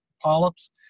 polyps